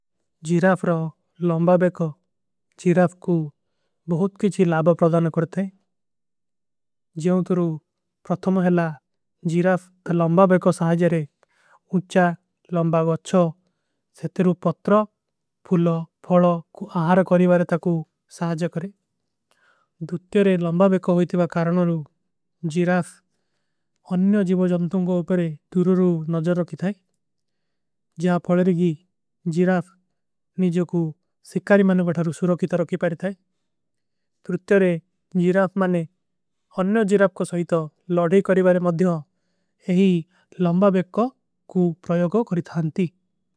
ଜୀରାଫ ରୋ ଲଂବା ବେକୋ ଜୀରାଫ କୂ ବହୁତ କେଛୀ ଲାବା ପ୍ରଦାନ କରତେ ହୈଂ ଜିଯାଁ। ତୁରୁ ପ୍ରତ୍ତମହଲା ଜୀରାଫ ତା ଲଂବା ବେକୋ ସହାଜରେ ଉଚ୍ଛା ଲଂବା ଗଚ୍ଛୋ ସେତରୁ। ପତ୍ରା ଫୁଲା ଫଲା କୂ ଆହର କରୀବାରେ ତା କୂ ସହାଜରେ ଦୁର୍ତ୍ଯୋରେ ଲଂବା ବେକୋ। ହୋଈତେ ଵା କାରଣୋର ଜୀରାଫ ଅନ୍ଯୋ ଜୀଵୋ ଜଂତୋଂ କୋ ଉପରେ ତୁରୁରୁ ନଜର। ରୋଖୀ ଥାଈ ଜିଯାଁ ଫଲେରିଗୀ ଜୀରାଫ ନିଜୋ କୂ ସିକାରୀ ମାନଵଥାରୂ। ସୁରୋଖୀ ତରୋଖୀ ପାରୀ ଥାଈ ଦୁର୍ତ୍ଯୋରେ ଜୀରାଫ ମାନେ ଅନ୍ଯୋ ଜୀରାଫ କୋ। ସହୀତୋ ଲଡେ କରୀବାରେ ମଦ୍ଯୋଂ ଯହୀ ଲଂବା ବେକୋ କୂ ପ୍ରଯୋଗୋ କରୀ ଥାନତୀ।